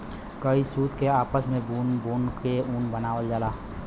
कई सूत के आपस मे बुन बुन के ऊन बनावल जाला